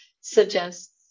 suggests